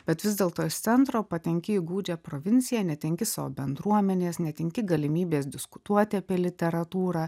bet vis dėlto iš centro patenki į gūdžią provinciją netenki savo bendruomenės netenki galimybės diskutuoti apie literatūrą